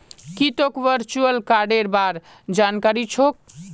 की तोक वर्चुअल कार्डेर बार जानकारी छोक